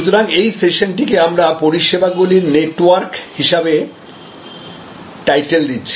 সুতরাং এই সেশানটিকে আমরা পরিষেবাগুলির নেটওয়ার্ক হিসাবে টাইটেল দিচ্ছি